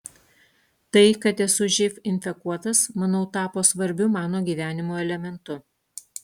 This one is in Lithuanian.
tai kad esu živ infekuotas manau tapo svarbiu mano gyvenimo elementu